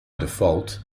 default